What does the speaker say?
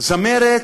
זמרת